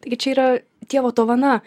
taigi čia yra dievo dovana